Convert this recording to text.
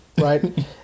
right